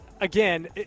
Again